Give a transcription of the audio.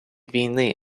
війни